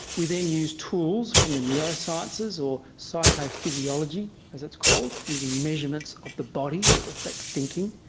we then use tools from the neurosciences, or psychophysiology as it's called, using measurements of the body that reflect thinking,